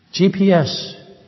GPS